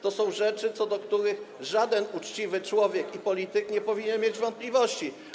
To są rzeczy, co do których żaden uczciwy człowiek i polityk nie powinien mieć wątpliwości.